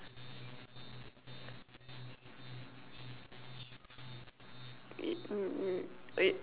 mm